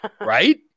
Right